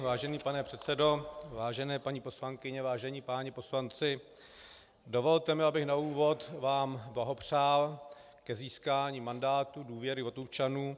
Vážený pane předsedo, vážené paní poslankyně, vážení páni poslanci, dovolte mi, abych vám na úvod blahopřál k získání mandátu důvěry od občanů.